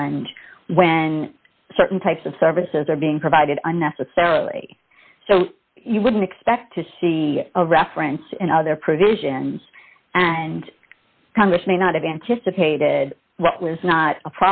fund when certain types of services are being provided unnecessarily so you wouldn't expect to see a reference in their provisions and congress may not have anticipated was not a